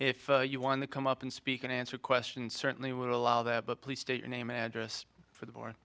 if you want to come up and speak and answer questions certainly would allow that but please state your name and address for the board